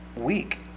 week